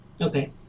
Okay